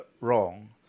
wrong